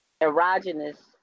erogenous